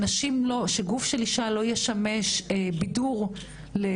שנשים לא שגוף של אישה לא ישמש בידור לגברים.